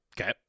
Okay